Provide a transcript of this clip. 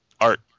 Art